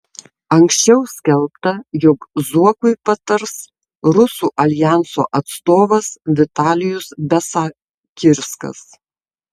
anksčiau skelbta jog zuokui patars rusų aljanso atstovas vitalijus besakirskas